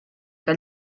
que